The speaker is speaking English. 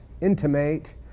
intimate